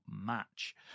match